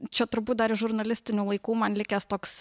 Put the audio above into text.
čia turbūt dar iš žurnalistinių laikų man likęs toks